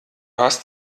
hast